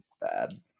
bad